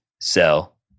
sell